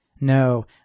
No